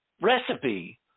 recipe